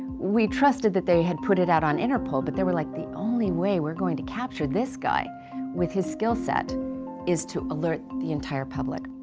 we trusted that they had put it out on interpol, but they were like the only way we're going to capture this guy with his skill set is to alert the entire public.